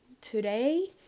today